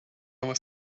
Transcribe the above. was